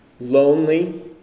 Lonely